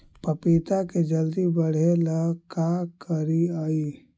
पपिता के जल्दी बढ़े ल का करिअई?